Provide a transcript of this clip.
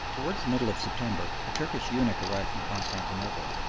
towards the middle of september a turkish eunuch arrived from constantinople,